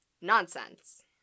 Nonsense